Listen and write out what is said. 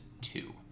two